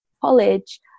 college